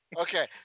Okay